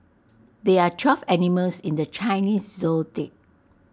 there are twelve animals in the Chinese